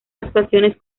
actuaciones